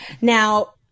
Now